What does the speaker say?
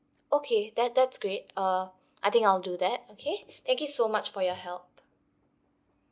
okay that that's great err I think I'll do that okay thank you so much for your help